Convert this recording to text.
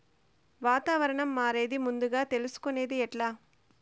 వాతావరణం మారేది ముందుగా తెలుసుకొనేది ఎట్లా?